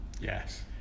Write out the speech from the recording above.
yes